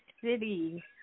city